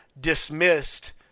dismissed